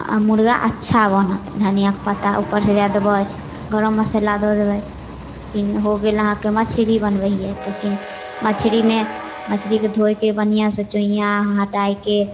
आओर मुरगा अच्छा बनत धनियाके पत्ता उपरसँ दै देबै गरम मसल्ला दै देबै ई हो गेल अहाँके मछरी बनबै हिए तऽ फेर मछरीमे मछरीके धोइके बढ़िआँसँ चोइआँ हटैके